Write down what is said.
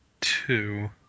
two